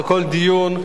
וכל דיון,